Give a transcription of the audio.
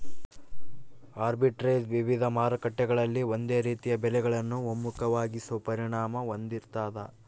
arbitrage ವಿವಿಧ ಮಾರುಕಟ್ಟೆಗಳಲ್ಲಿ ಒಂದೇ ರೀತಿಯ ಬೆಲೆಗಳನ್ನು ಒಮ್ಮುಖವಾಗಿಸೋ ಪರಿಣಾಮ ಹೊಂದಿರ್ತಾದ